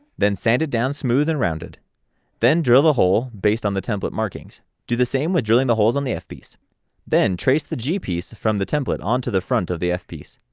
then sand it down smooth and rounded then drill the hole based on the template markings do the same with drilling the holes on the f piece then trace the g piece from the template onto the front of the f piece.